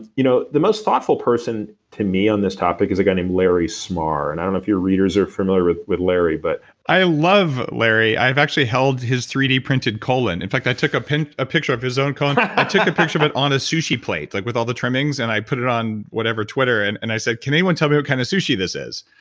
you know the most thoughtful person, to me, on this topic, is a guy named larry smarr, and i don't know if your readers are familiar with with larry. but i love larry. i've actually held his three d printed colon. in fact, i took a picture a picture of his own colon, i i took a picture of it on a sushi plate, like with all the trimmings, and i put it on whatever, twitter, and and i said, can anyone tell me what kind of sushi this is,